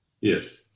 Yes